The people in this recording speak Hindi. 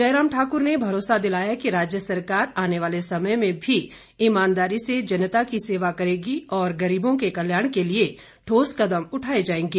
जयराम ठाकुर ने भरोसा दिलाया कि राज्य सरकार आने वाले समय में भी ईमानदारी से जनता की सेवा करेगी और गरीबों के कल्याण के लिए ठोस कदम उठाए जाएंगे